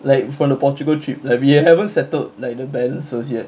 like from the portugal trip like we haven't settled like the balances yet